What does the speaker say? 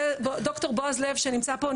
ד"ר בועז לב שנמצא פה,